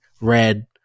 red